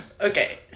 Okay